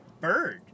Bird